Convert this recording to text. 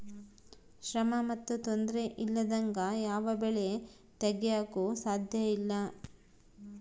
ಶ್ರಮ ಮತ್ತು ತೊಂದರೆ ಇಲ್ಲದಂಗೆ ಯಾವ ಬೆಳೆ ತೆಗೆಯಾಕೂ ಸಾಧ್ಯಇಲ್ಲ